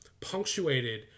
punctuated